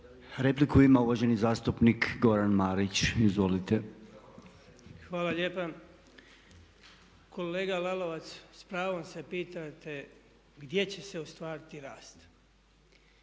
Repliku ima uvaženi zastupnik Goran Marić, izvolite. **Marić, Goran (HDZ)** Kolega Lalovac s pravom se pitate gdje će se ostvariti rast